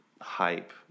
hype